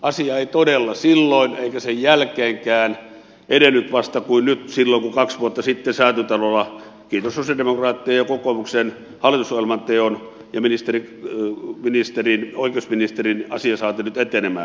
asia ei todella silloin eikä sen jälkeenkään edennyt kuin vasta silloin kun kaksi vuotta sitten säätytalolla kiitos sosialidemokraattien ja kokoomuksen hallitusohjelman teon ja oikeusministerin asia saatiin nyt etenemään